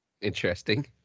Interesting